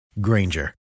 Granger